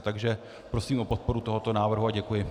Takže prosím o podporu tohoto návrhu a děkuji.